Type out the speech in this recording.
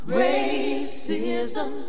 racism